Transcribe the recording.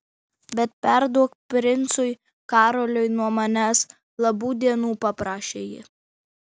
bet perduok princui karoliui nuo manęs labų dienų paprašė ji